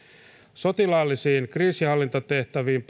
sotilaallisiin kriisinhallintatehtäviin